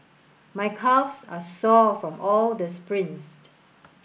my calves are sore from all the sprints